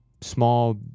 small